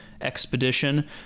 expedition